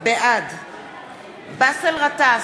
בעד באסל גטאס,